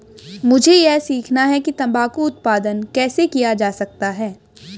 मुझे यह सीखना है कि तंबाकू उत्पादन कैसे किया जा सकता है?